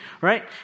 right